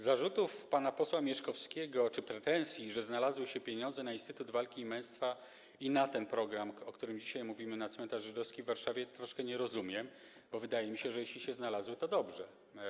Zarzutów pana posła Mieszkowskiego czy pretensji, że znalazły się pieniądze na Instytut Walki i Męstwa i na ten program, o którym dzisiaj mówimy, na cmentarz żydowski w Warszawie, troszkę nie rozumiem, bo wydaje mi się, że jeśli się znalazły, to dobrze.